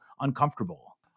uncomfortable